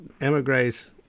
emigres